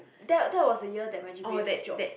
that that was the year my g_p_a drop